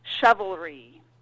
chivalry